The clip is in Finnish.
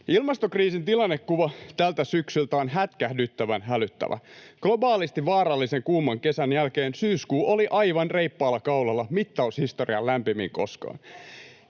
Ilmastokriisin tilannekuva tältä syksyltä on hätkähdyttävän hälyttävä: globaalisti vaarallisen kuuman kesän jälkeen syyskuu oli aivan reippaalla kaulalla mittaushistorian lämpimin koskaan.